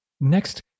Next